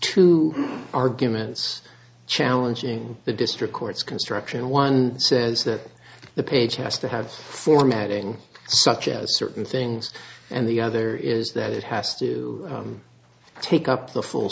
two arguments challenging the district court's construction one says that the page has to have formatting such as certain things and the other is that it has to take up the full